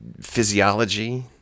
physiology